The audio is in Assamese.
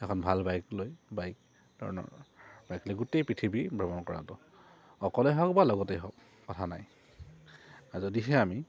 এখন ভাল বাইক লৈ বাইক ধৰণৰ বাইক লৈ গোটেই পৃথিৱী ভ্ৰমণ কৰাটো অকলে হওক বা লগতেই হওক কথা নাই যদিহে আমি